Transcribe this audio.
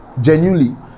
genuinely